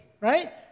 right